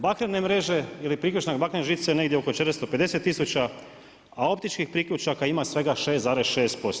Bakrene mreže ili priključne bakrene žice negdje oko 450 tisuća, a optičkih priključaka ima svega 6,6%